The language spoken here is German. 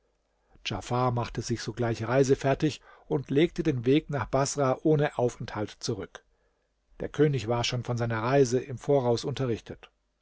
djafar machte sich sogleich reisefertig und legte den weg nach baßrah ohne aufenthalt zurück der könig war schon von seiner reise im voraus unterrichtet